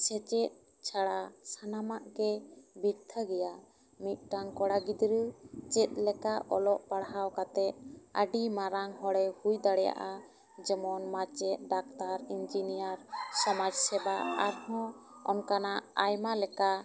ᱥᱮᱪᱮᱫ ᱪᱷᱟᱲᱟ ᱥᱟᱱᱟᱢᱟᱜ ᱜᱮ ᱵᱤᱛᱛᱷᱟᱹ ᱜᱮᱭᱟ ᱢᱤᱫᱴᱟᱹᱝ ᱠᱚᱲᱟ ᱜᱤᱫᱽᱨᱟᱹ ᱪᱮᱫ ᱞᱮᱠᱟ ᱚᱞᱚᱜ ᱯᱟᱲᱦᱟᱣ ᱠᱟᱛᱮᱜ ᱟᱹᱰᱤ ᱢᱟᱨᱟᱝ ᱦᱚᱲᱮ ᱦᱩᱭ ᱫᱟᱲᱮᱭᱟᱜᱼᱟ ᱡᱮᱢᱚᱱ ᱢᱟᱪᱮᱫ ᱰᱟᱠᱴᱟᱨ ᱤᱱᱡᱤᱱᱤᱭᱟᱨ ᱥᱚᱢᱟᱡᱽ ᱥᱮᱵᱟ ᱟᱨᱦᱚᱸ ᱚᱱᱠᱟᱱᱟᱜ ᱟᱭᱢᱟ ᱞᱮᱠᱟ